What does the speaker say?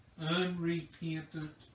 unrepentant